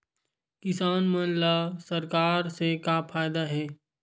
किसान मन ला सरकार से का फ़ायदा हे?